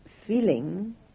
feeling